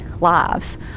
lives